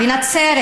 בנצרת